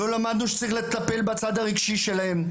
לא למדנו שצריך לטפל בצד הרגשי שלהם.